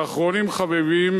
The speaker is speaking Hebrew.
ואחרונים חביבים,